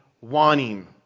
wanting